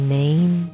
name